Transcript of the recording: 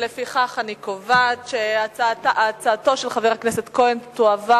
לפיכך אני קובעת שהצעתו של חבר הכנסת כהן תועבר